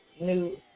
new